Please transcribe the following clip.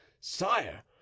Sire